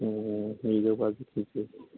नैजौ बाजि केजि